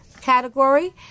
category